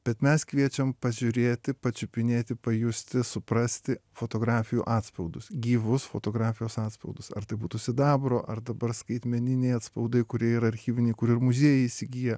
bet mes kviečiam pažiūrėti pačiupinėti pajusti suprasti fotografijų atspaudus gyvus fotografijos atspaudus ar tai būtų sidabro ar dabar skaitmeniniai atspaudai kurie yra archyviniai kur ir muziejai įsigiję